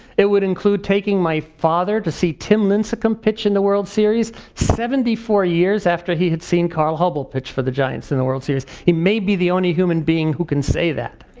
it would include taking my father to see tim linsacum pitch in the world series, seventy four years after he had seen carl hubble pitch for the giants in the world series. he may be the only human being who can say that.